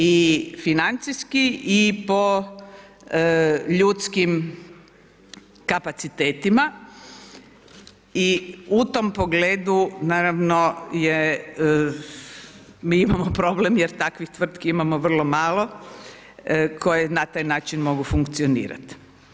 I financijski i po ljudskim kapacitetima i u tom pogledu naravno je, mi imamo problem jer takvih tvrtki imamo vrlo malo koje na taj način mogu funkcionirati.